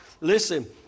listen